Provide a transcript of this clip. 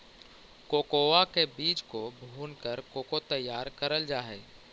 cocoa के बीज को भूनकर कोको तैयार करल जा हई